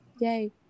yay